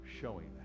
showing